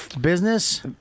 business